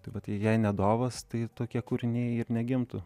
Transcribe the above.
tai vat jei ne dovas tai tokie kūriniai ir negimtų